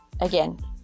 again